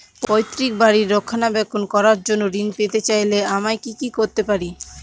পৈত্রিক বাড়ির রক্ষণাবেক্ষণ করার জন্য ঋণ পেতে চাইলে আমায় কি কী করতে পারি?